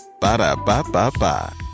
Ba-da-ba-ba-ba